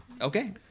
Okay